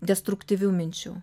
destruktyvių minčių